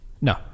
no